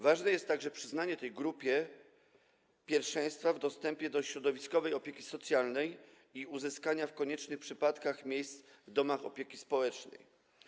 Ważne jest także przyznanie tej grupie pierwszeństwa, jeśli chodzi o dostęp do środowiskowej opieki socjalnej i uzyskanie w koniecznych przypadkach miejsc w domach opieki społecznej.